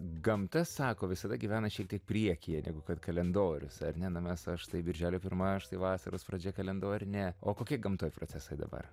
gamta sako visada gyvena šiek tiek priekyje negu kad kalendorius ar ne na mes aš tai birželio pirma štai vasaros pradžia kalendorinė o kokie gamtoj procesai dabar